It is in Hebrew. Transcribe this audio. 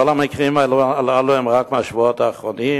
כל המקרים הללו הם רק מהשבועות האחרונים,